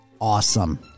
Awesome